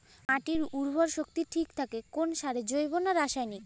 মাটির উর্বর শক্তি ঠিক থাকে কোন সারে জৈব না রাসায়নিক?